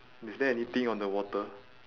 is there anything on the water